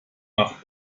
nach